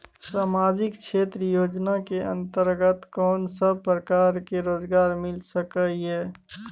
सामाजिक क्षेत्र योजना के अंतर्गत कोन सब प्रकार के रोजगार मिल सके ये?